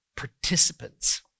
participants